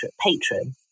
patron